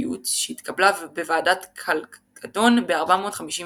הדיופיזיטיות שנתקבלה בוועידת כלקדון ב-451.